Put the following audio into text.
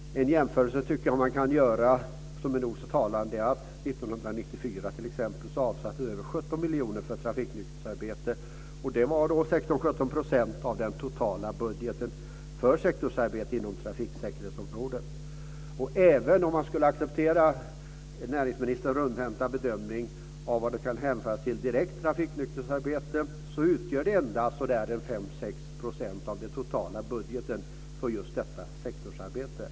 En nog så talande jämförelse som man kan göra är att det t.ex. 1994 avsattes över 17 miljoner till trafiknykterhetsarbete, och det var 16-17 % av den totala budgeten för sektorsarbete inom trafiksäkerhetsområdet. Även om man skulle acceptera näringsministerns rundhänta bedömning av vad som kan hänföras till direkt trafiknykterhetsarbete, utgör detta endast ca 5 % av den totala budgeten för just detta sektorsarbete.